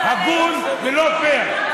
לא הגון ולא פייר.